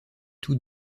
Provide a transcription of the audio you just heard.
tous